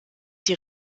die